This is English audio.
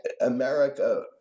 America